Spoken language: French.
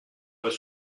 pas